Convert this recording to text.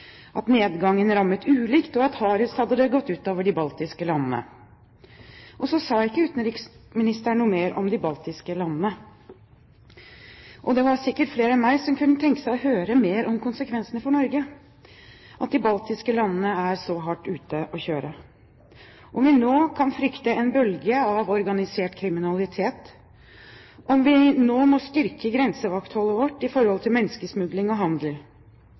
at nedgangen rammet ulikt og at hardest hadde det gått ut over de baltiske landene. Så sa ikke utenriksministeren noe mer om de baltiske landene. Og det var sikkert flere enn meg som kunne tenke seg å høre mer om konsekvensene for Norge ved at de baltiske landene er så hardt ute å kjøre – om vi nå kan frykte en bølge av organisert kriminalitet, om vi nå må styrke grensevaktholdet vårt i forhold til menneskesmugling og handel.